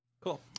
Cool